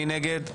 מי נגד?